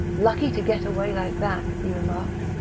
lucky to get away like that, he remarked.